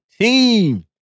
team